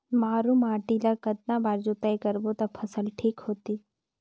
मारू माटी ला कतना बार जुताई करबो ता फसल ठीक होती?